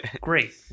great